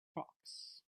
frocks